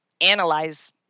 analyze